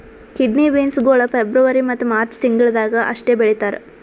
kidney beans ಗೊಳ್ February ಮತ್ತ March ತಿಂಗಿಳದಾಗ್ ಅಷ್ಟೆ ಬೆಳೀತಾರ್